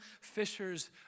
fishers